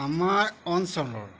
আমাৰ অঞ্চলৰ